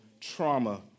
trauma